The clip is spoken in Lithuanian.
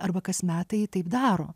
arba kas metai taip daro